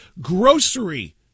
Grocery